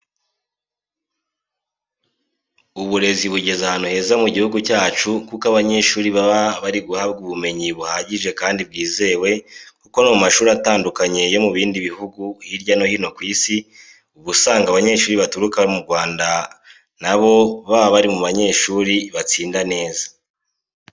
Uburezi bugeze ahantu heza mu gihugu cyacu kuko abanyeshuri baba bari guhabwa ubumenyi buhagije kandi bwizewe kuko no mu mashuri atandukanye yo mu bindi bihugu hirya no hino ku isi, uba usanga abanyeshuri baturuka mu Rwanda nabo baba bari mu banyeshuri batsinda neza.